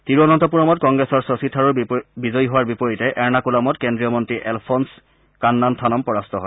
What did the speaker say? তিৰুৱনস্তপুৰমত কংগ্লেছৰ শশী থাৰুৰ বিজয়ী হোৱা বিপৰীতে এৰ্ণকুলামত কেন্দ্ৰীয় মন্ত্ৰী এলফ'নছ কান্নানথানম পৰাস্ত হয়